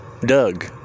Doug